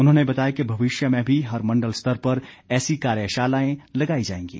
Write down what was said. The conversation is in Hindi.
उन्होंने बताया कि भविष्य में भी हर मण्डल स्तर पर ऐसी कार्यशालाएं लगाई जाएंगी